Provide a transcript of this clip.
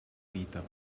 vita